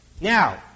Now